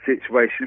situation